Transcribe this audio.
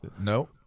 No